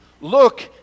look